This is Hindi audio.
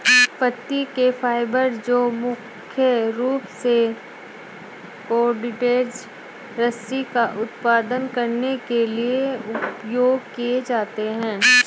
पत्ती के फाइबर जो मुख्य रूप से कॉर्डेज रस्सी का उत्पादन के लिए उपयोग किए जाते हैं